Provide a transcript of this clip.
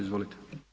Izvolite.